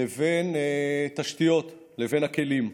לבין תשתיות, לבין הכלים.